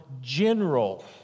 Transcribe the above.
general